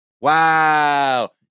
Wow